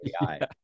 AI